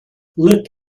lit